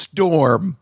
Storm